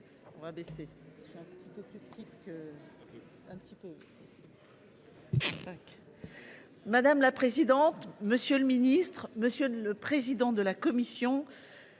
Madame la présidente, monsieur le ministre, monsieur le président de la commission.